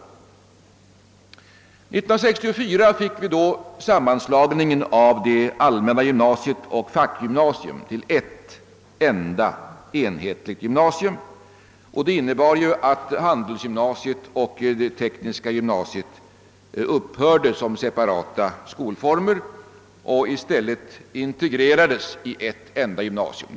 År 1964 fick vi sammanslagningen av allmänna gymnasiet och fackgymnasiet till ett enda enhetligt gymnasium. Detta innebar att handelsgymnasiet och det tekniska gymnasiet upphörde som separata skolformer och i stället integrerades i ett enda gymnasium.